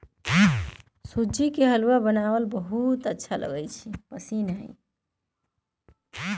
हमरा सूज्ज़ी के हलूआ बहुते पसिन्न हइ